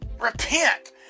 repent